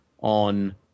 on